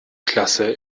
klasse